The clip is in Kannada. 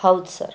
ಹೌದು ಸರ್